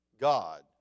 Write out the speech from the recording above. God